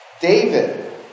David